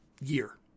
year